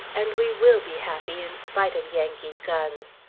and we will be happy in spite of yankee guns!